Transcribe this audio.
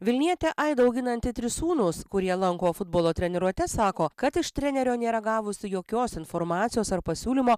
vilnietė aida auginanti tris sūnus kurie lanko futbolo treniruotes sako kad iš trenerio nėra gavusi jokios informacijos ar pasiūlymo